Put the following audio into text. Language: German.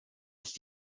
ist